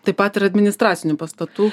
taip pat ir administracinių pastatų